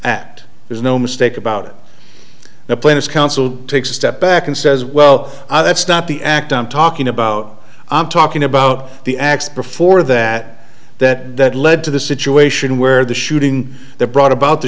act there's no mistake about the plaintiff's counsel takes a step back and says well i that's not the act i'm talking about i'm talking about the acts before that that that led to the situation where the shooting that brought about the